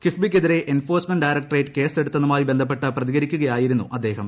കിഫ്ബിക്കെതിരെ enforcement directorate എടുത്തതുമായി ബന്ധപ്പെട്ട് case പ്രതികരിക്കുകയായിരുന്നു അദ്ദേഹം